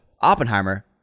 Oppenheimer